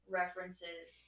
references